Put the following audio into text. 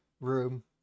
room